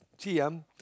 see ah